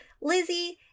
Lizzie